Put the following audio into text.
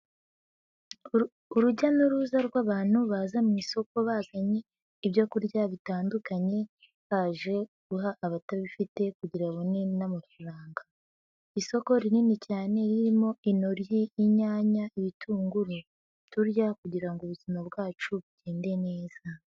Urujya n'uruza rw'abantu baza mu isoko bazanye ibyo kurya bitandukanye, baje guha abatabifite kugira ngo babone n'amafaranga. Isoko rinini cyane, ririmo intoryi, inyanya ibitunguru, turya kugira ngo ubuzima bwacu bugende neza.